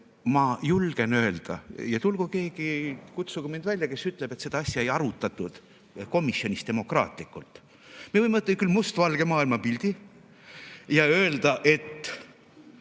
Ma julgen öelda – ja tulgu keegi, kutsugu mind välja, kes ütleb, et seda asja ei arutatud komisjonis demokraatlikult –, et me võime võtta mustvalge maailmapildi ja näha,